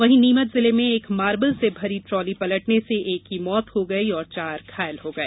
वहीं नीमच जिले में एक मार्बल से भरी ट्राली पलटने से एक की मौत हो गयी और चार घायल होगए